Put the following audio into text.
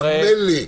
האמן לי.